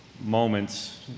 moments